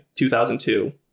2002